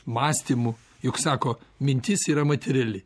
mąstymu juk sako mintis yra materiali